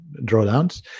drawdowns